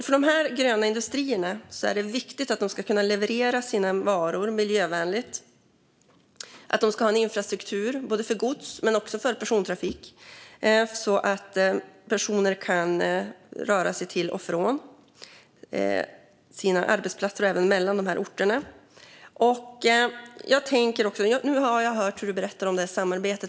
För de gröna industrierna är det viktigt att kunna leverera sina varor miljövänligt. De ska ha en infrastruktur både för gods och för persontrafik, så att personer kan röra sig till och från sina arbetsplatser och mellan de orter det gäller. Nu har jag hört hur statsrådet berättar om samarbetet.